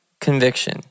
conviction